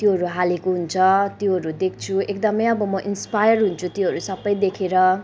त्योहरू हालेको हुन्छ त्योहरू देख्छु एकदमै अब म इन्सपायर हुन्छु त्योहरू सबै देखेर